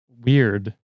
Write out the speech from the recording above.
weird